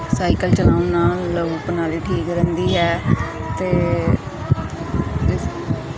cycle ਚਲਾਉਣ ਨਾਲ ਲਹੂ ਪ੍ਰਣਾਲੀ ਠੀਕ ਰਹਿੰਦੀ ਹੈ ਅਤੇ ਇਸ